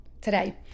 today